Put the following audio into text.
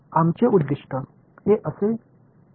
आमचे उद्दीष्ट हे असे होते